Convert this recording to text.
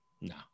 No